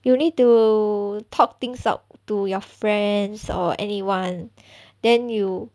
you need to talk things out to your friends or anyone then you